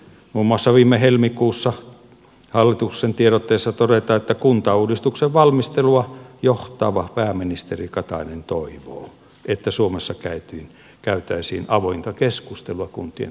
muun muassa viime helmikuussa hallituksen tiedotteessa todetaan että kuntauudistuksen valmistelua johtava pääministeri katainen toivoo että suomessa käytäisiin avointa keskustelua kuntien tulevaisuudesta